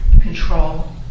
control